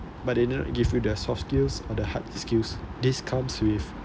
but they never give you the soft skills or the hard skills this comes with